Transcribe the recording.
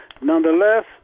Nonetheless